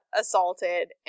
assaulted